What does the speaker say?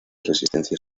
resistencia